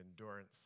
endurance